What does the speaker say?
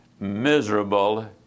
miserable